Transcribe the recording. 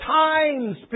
times